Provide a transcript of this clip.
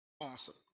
Awesome